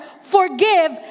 forgive